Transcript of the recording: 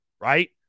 right